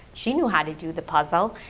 she knew how to do the puzzle.